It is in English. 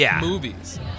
movies